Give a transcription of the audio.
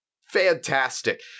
Fantastic